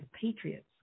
patriots